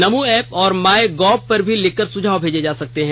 नमो app और my gov पर भी लिखकर सुझाव भेजे जा सकते हैं